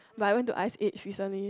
but I went to Ice edge recently